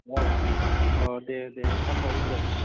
औ औ दे दे हामबाय